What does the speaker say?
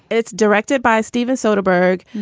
it's directed by steven soderbergh.